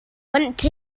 went